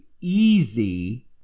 easy